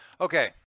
Okay